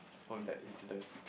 from that incident